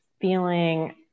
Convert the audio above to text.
feeling